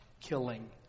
killing